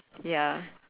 ya